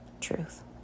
Truth